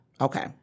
Okay